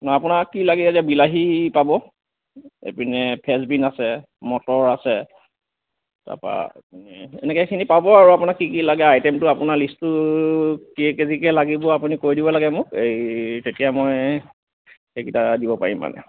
আপোনাক কি লাগে বিলাহী পাব এইপিনে ফেন্স্বিন আছে মটৰ আছে তাৰপৰা এইপিনে এনেকৈ এইখিনি পাব আৰু আপোনাক কি কি লাগে আইটেমটো আপোনাৰ লিষ্টটো কেই কেজিকৈ লাগিব আপুনি কৈ দিব লাগে মোক এই তেতিয়া মই সেইকেইটা দিব পাৰিম মানে